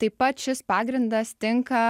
taip pat šis pagrindas tinka